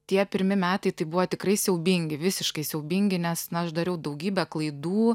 tie pirmi metai tai buvo tikrai siaubingi visiškai siaubingi nes na aš dariau daugybę klaidų